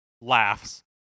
laughs